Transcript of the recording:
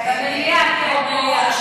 במליאה, כן.